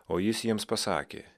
o jis jiems pasakė